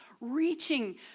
reaching